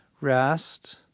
rest